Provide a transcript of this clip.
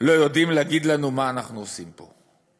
לא יודעים להגיד לנו מה אנחנו עושים פה.